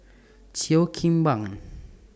Cheo Kim Ban